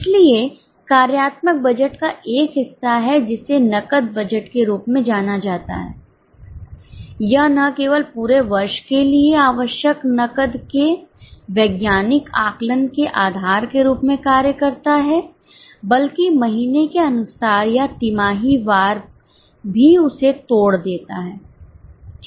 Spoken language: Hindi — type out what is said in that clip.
इसलिए कार्यात्मक बजट का एक हिस्सा है जिसे नकद बजट के रूप में जाना जाता है यह न केवल पूरे वर्ष के लिए आवश्यक नकद के वैज्ञानिक आकलन के आधार के रूप में कार्य करता है बल्कि महीने के अनुसार या तिमाही वारभी उसे तोड़ देता है ठीक है